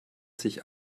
sich